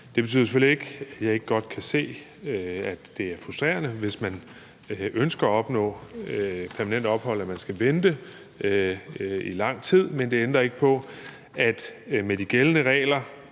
Det betyder selvfølgelig ikke, at jeg ikke godt kan se, at det er frustrerende, hvis man ønsker at opnå permanent ophold, at man skal vente i lang tid, men det ændrer ikke på, at med de gældende regler